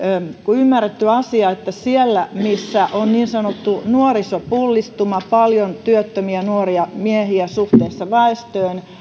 ymmärretty asia että siellä missä on niin sanottu nuorisopullistuma paljon työttömiä nuoria miehiä suhteessa väestöön